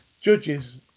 judges